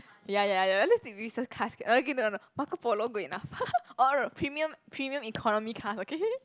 ya ya ya at least take business class okay no no no Marco Polo good enough or no no premium premium economy class okay